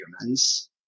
humans